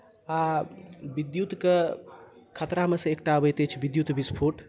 आ विद्युतके खतरामे सँ एकटा अबैत अछि विद्युत बिस्फोट